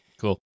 Cool